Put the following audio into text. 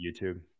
YouTube